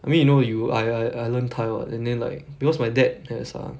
I mean you know you I I I learn thai [what] and then like because my dad has a